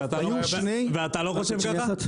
היו שני --- ואתה לא חושב ככה?